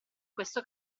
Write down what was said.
questo